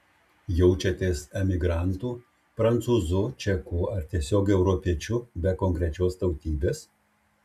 jaučiatės emigrantu prancūzu čeku ar tiesiog europiečiu be konkrečios tautybės